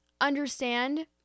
understand